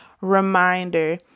reminder